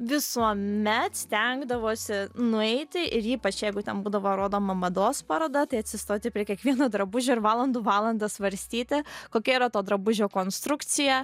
visuomet stengdavosi nueiti ir ypač jeigu ten būdavo rodoma mados paroda tai atsistoti prie kiekvieno drabužio ir valandų valandas svarstyti kokia yra to drabužio konstrukcija